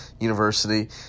University